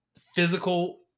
physical